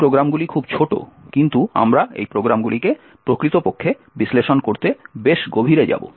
এই প্রোগ্রামগুলি খুব ছোট কিন্তু আমরা এই প্রোগ্রামগুলিকে প্রকৃতপক্ষে বিশ্লেষণ করতে বেশ গভীরে যাব